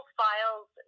files